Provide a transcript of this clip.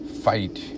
fight